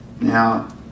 Now